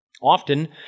Often